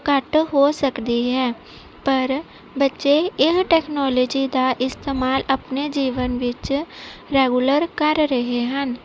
ਘੱਟ ਹੋ ਸਕਦੀ ਹੈ ਪਰ ਬੱਚੇ ਇਹ ਟੈਕਨੋਲੋਜੀ ਦਾ ਇਸਤੇਮਾਲ ਆਪਣੇ ਜੀਵਨ ਵਿੱਚ ਰੈਗੂਲਰ ਕਰ ਰਹੇ ਹਨ